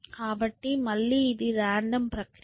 కాబట్టి మళ్ళీ ఇది రాండమ్ ప్రక్రియ